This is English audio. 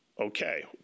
okay